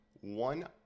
one